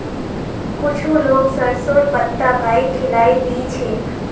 कुछू लोग सरसोंर पत्ता गाइक खिलइ दी छेक